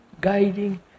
guiding